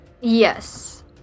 Yes